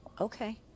okay